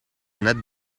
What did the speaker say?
net